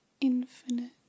infinite